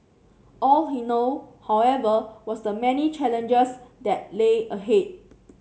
all he know however was the many challenges that lay ahead